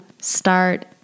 start